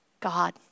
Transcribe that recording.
God